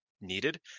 needed